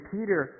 Peter